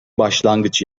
başlangıç